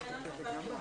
(היו"ר תהלה פרידמן)